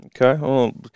Okay